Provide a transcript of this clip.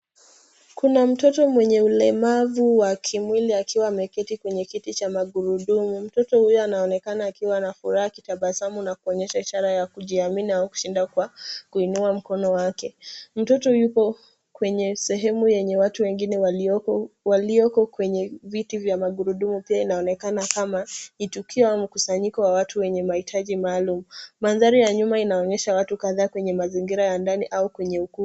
Kuna mtoto mwenye ulemavu wa kimwili akiwa ameketi kwenye kiti cha magurudumu. Mtoto huyu anaonekana akiwa na furaha akitabasamu na kuonyesha ishara ya kujiamini au kushinda kwa kuinua mkono wake. Mtoto yuko kwenye sehemu enye watu wengine walioko kwenye viti vya madgurudumu. Pia inaonekana kama ni tukio au mkusanyiko wa watu wenye maitaji maalum. Mandhari ya nyuma inaonyesha watu kadhaa kwenye mazingira ya ndani au kwenye ukumbi.